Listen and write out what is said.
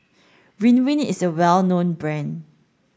Ridwind is a well known brand